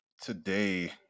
today